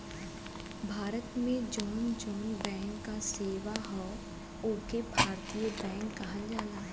भारत में जौन जौन बैंक क सेवा हौ ओके भारतीय बैंक कहल जाला